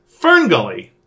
Ferngully